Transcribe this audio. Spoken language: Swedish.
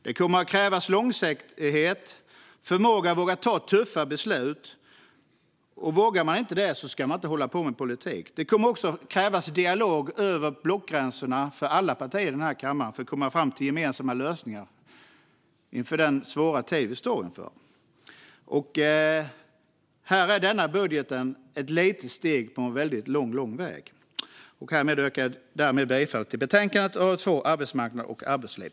Det kommer att krävas långsiktighet och förmåga att våga ta tuffa beslut. Vågar man inte det ska man inte hålla på med politik. Det kommer också att krävas dialog över blockgränsen för alla partier i den här kammaren för att komma fram till gemensamma lösningar inför den svåra tid vi står inför. Här är denna budget ett litet steg på en väldigt lång väg. Därmed yrkar jag bifall till utskottets förslag i betänkandet AU2 Arbetsmarknad och arbetsliv .